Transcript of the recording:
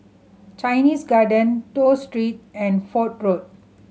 Chinese Garden Toh Street and Fort Road